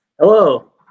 Hello